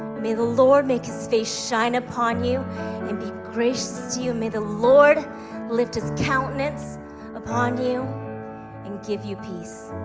may the lord make his face shine upon you and be gracious to you. may the lord lift his countenance upon you and give you peace.